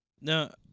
No